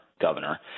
Governor